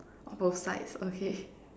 on both sides okay